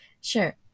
Sure